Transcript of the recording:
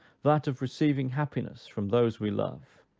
that of receiving happiness from those we love,